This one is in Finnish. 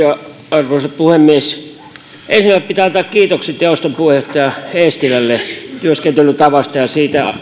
arvoisa puhemies ensin pitää antaa kiitokset jaoston puheenjohtaja eestilälle työskentelytavasta ja siitä